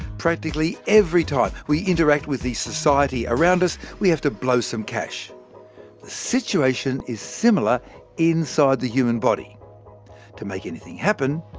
practically every time we interact with the society around us, we have to blow some cash. the situation is similar inside the human body to make anything happen,